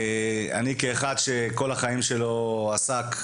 אני כאחד שכל החיים שלו עסק באימון,